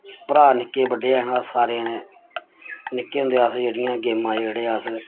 भ्राऽ निक्के बड्डे हैन ओह् सारे जनें निक्के होंदे अस जेह्ड़ियां गेमां जेह्ड़े अस